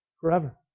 forever